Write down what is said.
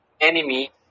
enemy